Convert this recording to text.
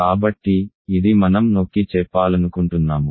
కాబట్టి ఇది మనం నొక్కి చెప్పాలనుకుంటున్నాము